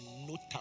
notable